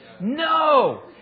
No